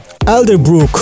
Elderbrook